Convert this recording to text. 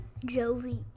Jovi